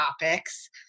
topics